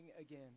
again